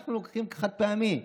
אנחנו לוקחים חד-פעמי,